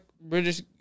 British